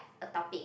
a topic